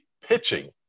pitching